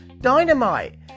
Dynamite